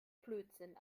blödsinn